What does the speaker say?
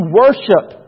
worship